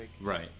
Right